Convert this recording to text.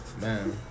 man